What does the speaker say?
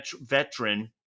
veteran